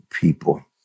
people